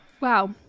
Wow